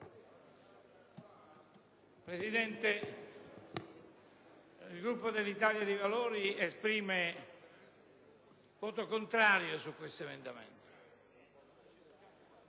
Presidente, il Gruppo dell'Italia dei Valori esprimerà voto contrario sull'emendamento